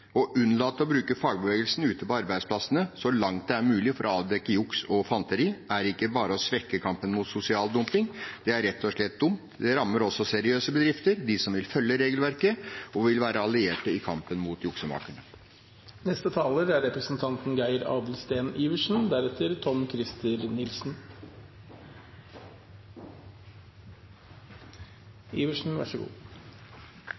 Å unnlate å bruke fagbevegelsen ute på arbeidsplassene så langt det er mulig for å avdekke juks og fanteri, er ikke bare å svekke kampen mot sosial dumping. Det er rett og slett dumt. Det rammer også seriøse bedrifter som vil følge regelverket og være allierte i kampen mot